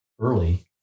early